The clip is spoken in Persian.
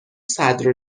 صدر